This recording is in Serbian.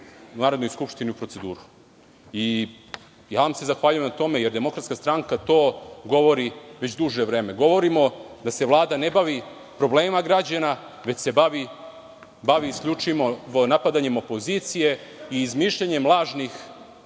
Narodnoj skupštini u proceduru. Zahvaljujem vam se na tome, jer DS to govori već duže vreme. Govorimo da se Vlada ne bavi problemima građana, već se bavi isključivo napadanjem opozicije i izmišljanjem lažnih